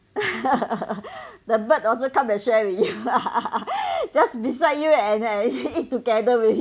the bird also come and share with you just beside you and and eat together with you